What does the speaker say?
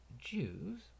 Jews